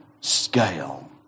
scale